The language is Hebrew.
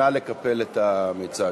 נא לקפל את המיצג.